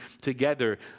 together